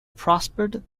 prospered